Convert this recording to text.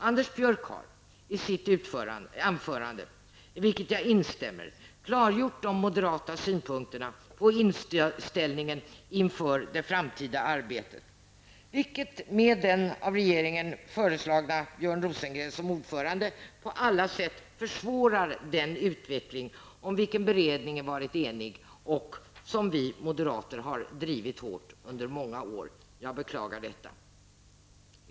Anders Björck har i sitt anförande, i vilket jag instämmer, klargjort de moderata synpunkterna på det framtida arbetet. Med den av regeringen föreslagna Björn Rosengren som ordförande försvåras på alla sätt den utveckling om vilken beredningen har varit enig och som vi moderater har drivit hårt under många år. Jag beklagar detta.